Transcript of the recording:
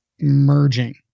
merging